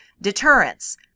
deterrence